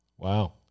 Wow